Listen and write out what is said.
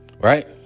Right